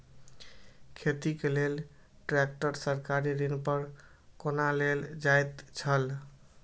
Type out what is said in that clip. खेती के लेल ट्रेक्टर सरकारी ऋण पर कोना लेल जायत छल?